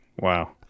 Wow